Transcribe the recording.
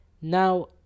Now